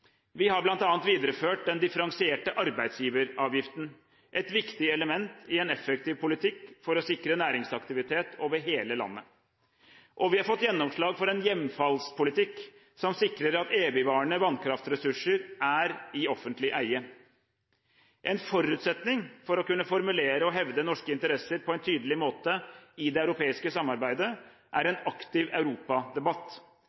Vi har bl.a. videreført den differensierte arbeidsgiveravgiften, et viktig element i en effektiv politikk for å sikre næringsaktivitet over hele landet. Vi har også fått gjennomslag for en hjemfallspolitikk som sikrer at evigvarende vannkraftressurser er i offentlig eie. En forutsetning for å kunne formulere og hevde norske interesser på en tydelig måte i det europeiske samarbeidet er